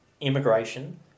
Immigration